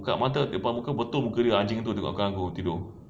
buka mata depan muka betul anjing tu tengok muka aku tidur